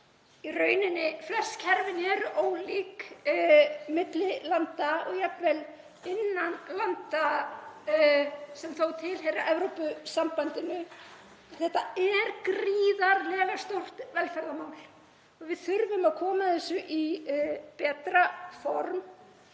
í rauninni flest kerfin, eru ólík milli landa og jafnvel innan landa sem þó tilheyra Evrópusambandinu. Þetta er gríðarlega stórt velferðarmál. Við þurfum að koma þessu í betra form